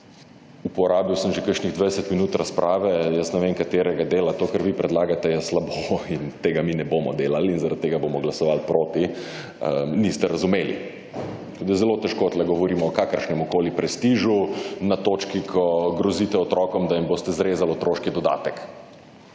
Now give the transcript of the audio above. uporabil sem že kakšnih 20 minut razprave, jaz ne vem katerega dela, to kar vi predlagate, je slabo in tega mi ne bomo delali in zaradi tega bomo glasovali proti, niste razumeli. Zelo težko tu govorimo o kakršnemkoli prestižu na točki, ko grozite otrokom, da jim boste zrezali otroški dodatek